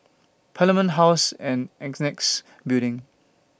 Parliament House and Annexe Building